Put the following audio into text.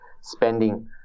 spending